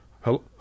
Hello